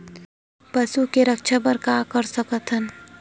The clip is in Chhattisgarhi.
पशु के रक्षा बर का कर सकत हन?